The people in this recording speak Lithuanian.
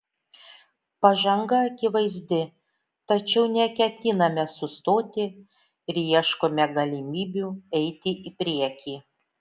pažanga akivaizdi tačiau neketiname sustoti ir ieškome galimybių eiti į priekį